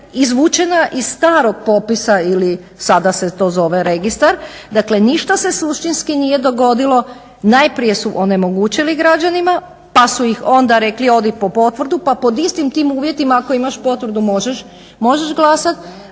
izvučena iz starog popisa ili sada se to zove registar, dakle ništa se suštinski nije dogodilo. Najprije su onemogućili građanima pa su ih onda rekli po potvrdu pa pod istim tim uvjetima ako imaš potvrdu možeš glasat.